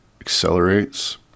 accelerates